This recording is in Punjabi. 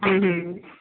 ਹਮ ਹਮ